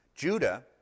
Judah